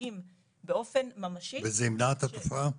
רואים באופן ממשי ש --- וזה ימנע את התופעה?